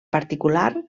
particular